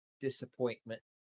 disappointment